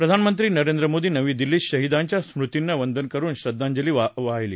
प्रधानमंत्री नरेंद्र मोदी नवी दिल्लीत शहीदांच्या स्मृतींना वंदन करुन श्रद्वांजली वाहतील